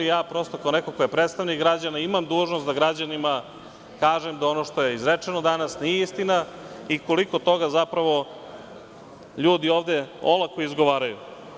Ja prosto kao neko ko je predstavnik građana imam dužnost da građanima kažem da ono što je izrečeno danas nije istina i koliko toga zapravo ljudi ovde olako izgovaraju.